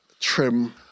Trim